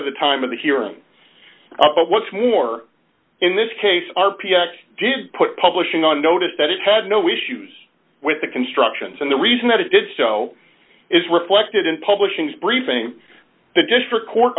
to the time of the hearing but what's more in this case r p s did put publishing on notice that it had no issues with the constructions and the reason that it did so is reflected in publishing is briefing the district court